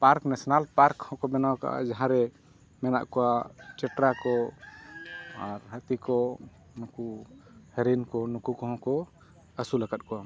park national park ᱦᱚᱸ ᱠᱚ ᱵᱮᱱᱟᱣ ᱠᱟᱜᱼᱟ ᱡᱟᱦᱟᱸ ᱨᱮ ᱢᱮᱱᱟᱜ ᱠᱚᱣᱟ ᱪᱮᱴᱨᱟ ᱠᱚ ᱟᱨ ᱦᱟᱹᱛᱤ ᱠᱚ ᱩᱱᱠᱩ ᱦᱟᱹᱨᱤᱱ ᱠᱚ ᱩᱱᱠᱩ ᱠᱚ ᱦᱚᱸ ᱠᱚ ᱟᱹᱥᱩᱞ ᱟᱠᱟᱫ ᱠᱚᱣᱟ